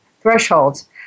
Thresholds